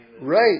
Right